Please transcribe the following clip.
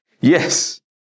Yes